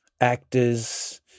actors